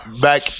back